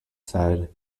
said